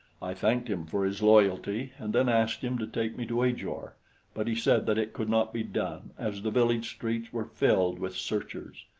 i thanked him for his loyalty and then asked him to take me to ajor but he said that it could not be done, as the village streets were filled with searchers.